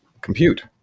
compute